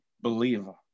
believer